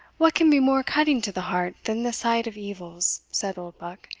what can be more cutting to the heart than the sight of evils, said oldbuck,